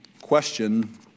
question